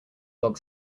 dog